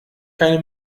keine